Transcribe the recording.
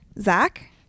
Zach